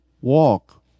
walk